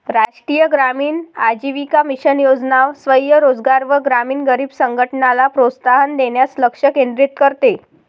राष्ट्रीय ग्रामीण आजीविका मिशन योजना स्वयं रोजगार व ग्रामीण गरीब संघटनला प्रोत्साहन देण्यास लक्ष केंद्रित करते